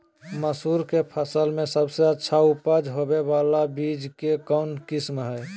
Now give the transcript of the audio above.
मसूर के फसल में सबसे अच्छा उपज होबे बाला बीज के कौन किस्म हय?